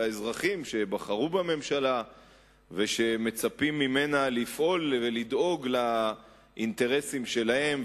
של האזרחים שבחרו בממשלה ומצפים ממנה לפעול ולדאוג לאינטרסים שלהם,